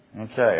Okay